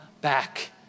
back